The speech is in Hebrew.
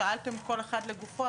שאלתם כל אחד לגופו,